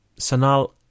Sanal